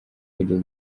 kujya